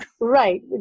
Right